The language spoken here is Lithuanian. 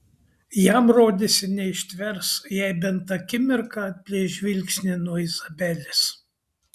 jam rodėsi neištvers jei bent akimirką atplėš žvilgsnį nuo izabelės